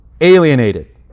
alienated